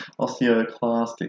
Osteoclastic